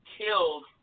killed